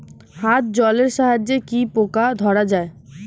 হাত জলের সাহায্যে কি পোকা ধরা যায়?